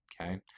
okay